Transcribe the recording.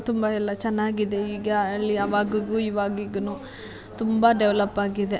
ತುಂಬ ಎಲ್ಲ ಚೆನ್ನಾಗಿದೆ ಈಗ ಹಳ್ಳಿ ಆವಾಗಿಗೂ ಇವಾಗಿಗೂ ತುಂಬ ಡೆವಲಪ್ ಆಗಿದೆ